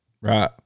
Right